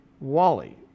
Wally